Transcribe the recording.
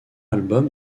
album